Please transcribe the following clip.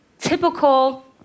typical